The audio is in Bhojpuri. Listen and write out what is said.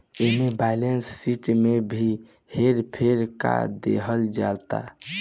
एमे बैलेंस शिट में भी हेर फेर क देहल जाता